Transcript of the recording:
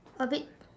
a bit